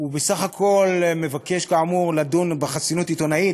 בסך הכול מבקש, כאמור, לדון בחסינות עיתונאית.